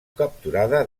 capturada